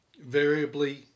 Variably